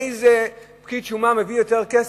איזה פקיד שומה מביא יותר כסף.